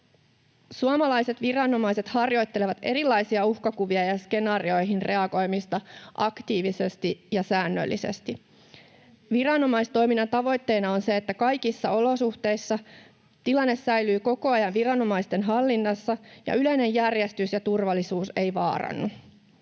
Suomalaiset viranomaiset harjoittelevat erilaisia uhkakuvia ja skenaarioihin reagoimista aktiivisesti ja säännöllisesti. Viranomaistoiminnan tavoitteena on se, että kaikissa olosuhteissa tilanne säilyy koko ajan viranomaisten hallinnassa ja yleinen järjestys ja turvallisuus eivät vaarannu.